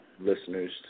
listeners